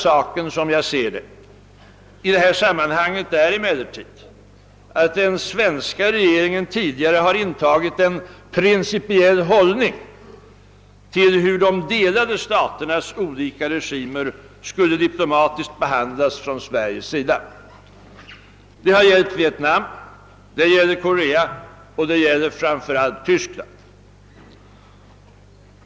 Det relevanta i sammanhanget är emellertid, som jag ser det, att den svenska regeringen tidigare har intagit en principiell hållning till hur de delade staternas olika regimer skulle diplomatiskt behandlas från Sveriges sida. Det har gällt Vietnam, det gäller Korea och det gäller framför allt Tyskland.